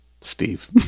Steve